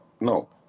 no